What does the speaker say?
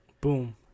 Boom